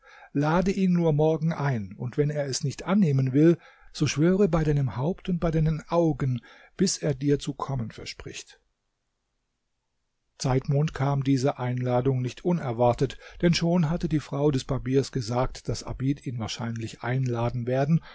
lade ihn nur morgen ein und wenn er es nicht annehmen will so schwöre bei deinem haupt und bei deinen augen bis er dir zu kommen verspricht zeitmond kam diese einladung nicht unerwartet denn schon hatte die frau des barbiers gesagt daß abid ihn wahrscheinlich einladen werden